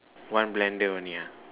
one blender only ya